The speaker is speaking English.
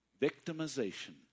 victimization